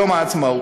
ביום העצמאות.